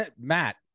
Matt